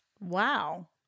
Wow